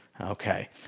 Okay